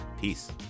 Peace